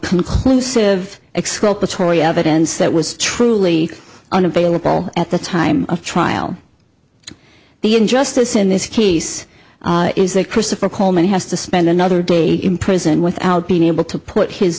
exculpatory evidence that was truly unavailable at the time of trial the injustice in this case is that christopher coleman has to spend another day in prison without being able to put his